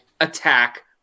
attack